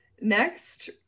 next